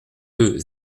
deux